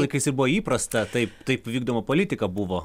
laikais ir buvo įprasta taip taip vykdoma politika buvo